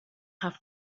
have